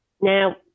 Now